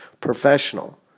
professional